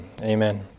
Amen